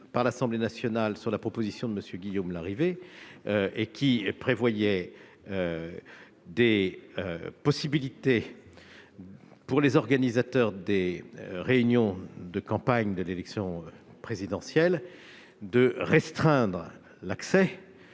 par l'Assemblée nationale, sur la proposition de M. Guillaume Larrivé, et qui prévoyait la possibilité pour les organisateurs de réunions de campagne de l'élection présidentielle non seulement d'en restreindre l'accès